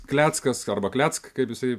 kleckas arba kleck kaip jisai